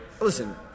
Listen